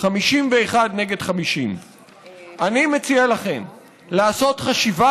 51 נגד 50. אני מציע לכם לעשות חשיבה